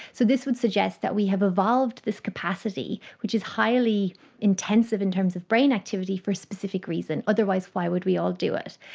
so this would suggest that we have evolved this capacity which is highly intensive in terms of brain activity for a specific reason, otherwise why would we all do it.